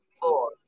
four